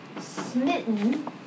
smitten